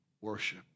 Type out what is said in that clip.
worship